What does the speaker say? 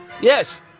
Yes